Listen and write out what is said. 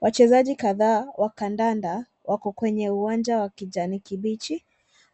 Wachezaji kadhaa, wa kandanda, wako kwenye uwanja wa kijani kibichi,